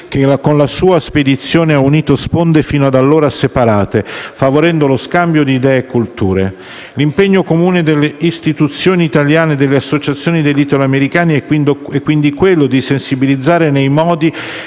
che con la sua spedizione ha unito sponde fino ad allora separate, favorendo lo scambio di idee e culture. L'impegno comune delle istituzioni italiane e delle associazioni di italoamericani è quindi quello di sensibilizzare, nei modi